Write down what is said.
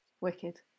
Wicked